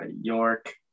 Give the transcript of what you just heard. york